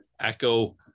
echo